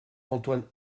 antoine